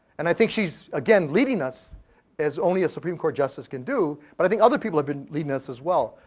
and i think she's again, leading us as only a supreme court justice can do. but i think other people had been leading as well,